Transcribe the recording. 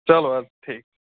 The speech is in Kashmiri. چلو حظ ٹھیٖک